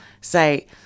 Say